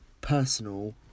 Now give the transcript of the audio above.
personal